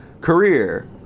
career